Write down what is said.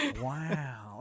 wow